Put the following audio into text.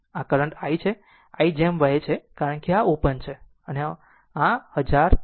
તેથી આ current i છે આ i આ જેમ વહે છે કારણ કે આ ઓપન છે આ ઓપન છે